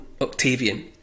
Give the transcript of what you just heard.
Octavian